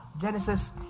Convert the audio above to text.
Genesis